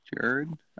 Jared